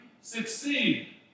succeed